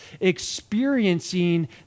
experiencing